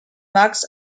max